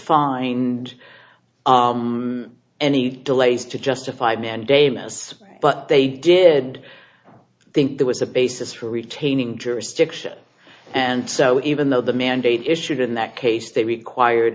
find any delays to justify mandamus but they did i think there was a basis for retaining jurisdiction and so even though the mandate issued in that case they required